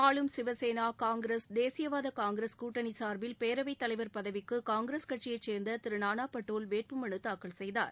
ஆளும் சிவசேனா காங்கிரஸ் தேசியவாத காங்கிரஸ் கூட்டணி சார்பில் பேரவைத் தலைவர் பதவிக்கு காங்கிரஸ் கட்சியை சேர்ந்த திரு நானா பட்டோல் வேட்பு மனு தாக்கல் செய்தார்